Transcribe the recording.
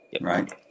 right